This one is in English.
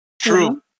True